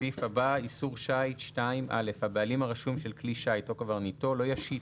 איסור שיט 2. הבעלים הרשום של כלי שיט או קברניטו לא ישיט